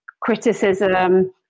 criticism